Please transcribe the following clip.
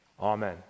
Amen